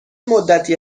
مدتی